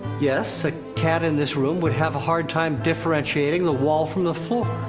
yes, a cat in this room would have a hard time differentiating the wall from the floor.